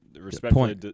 respectfully